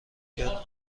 کرد